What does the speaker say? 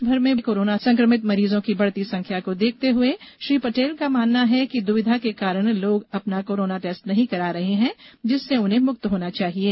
देश भर में कोरोना संक्रमित मरीजो की बढ़ती संख्या को देखते हुए श्री पटेल का मानना है कि दुविधा के कारण लोग अपना कोरोना टेस्ट नही करा रहा है जिससे उन्हें मुक्त होना चाहिये